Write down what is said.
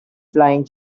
flying